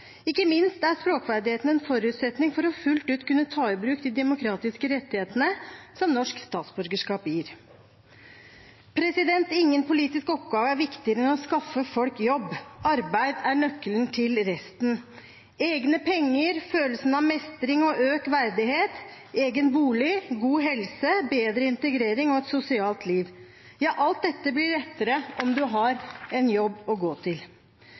Ikke minst er språkferdighetene en forutsetning for fullt ut å kunne ta i bruk de demokratiske rettighetene som norsk statsborgerskap gir. Ingen politisk oppgave er viktigere enn å skaffe folk jobb. Arbeid er nøkkelen til resten: egne penger, følelsen av mestring og økt verdighet, egen bolig, god helse, bedre integrering og et sosialt liv. Alt dette blir lettere om man har en jobb å gå til.